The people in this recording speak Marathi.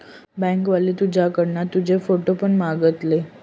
बँक वाले तुझ्याकडना तुजो फोटो पण मागतले